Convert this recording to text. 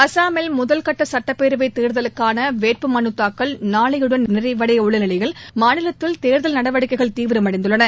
அசாமில் முதல் கட்ட சட்டப்பேரவை தேர்தலுக்கான வேட்பு மனு தாக்கல் நாளையுடன் நிறைவடைய உள்ள நிலையில் மாநிலத்தில்தேர்தல் நடவடிக்கைகள் தீவிரமடைந்துள்ளன